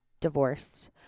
divorced